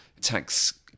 tax